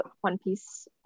one-piece